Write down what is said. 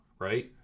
Right